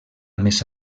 més